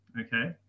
okay